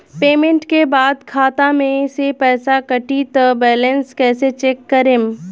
Payment के बाद खाता मे से पैसा कटी त बैलेंस कैसे चेक करेम?